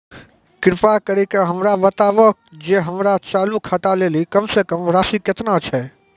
कृपा करि के हमरा बताबो जे हमरो चालू खाता लेली कम से कम राशि केतना छै?